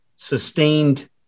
sustained